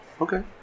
Okay